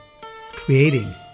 creating